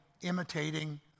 imitating